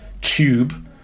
tube